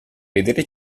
vedere